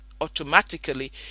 automatically